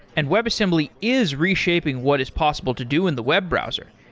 and webassembly is reshaping what is possible to do in the web browser.